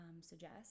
suggest